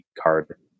card